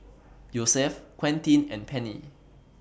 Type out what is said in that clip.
Yosef Quentin and Penni